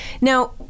Now